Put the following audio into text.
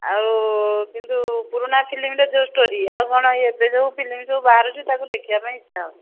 ଆଉ କିନ୍ତୁ ପୁରୁଣା ଫିଲ୍ମ'ରେ ଯୋଉ ଷ୍ଟୋରି ଆଉ କ'ଣ ଏବେ ଯୋଉ ଫିଲ୍ମ ସବୁ ବାହାରୁଛି ତାକୁ ଦେଖିବା ପାଇଁ ଇଚ୍ଛା ହେଉଛି